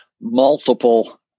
multiple